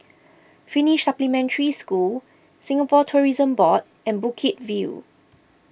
Finnish Supplementary School Singapore Tourism Board and Bukit View